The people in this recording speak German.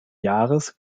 jahres